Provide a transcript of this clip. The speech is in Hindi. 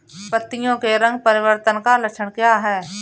पत्तियों के रंग परिवर्तन का लक्षण क्या है?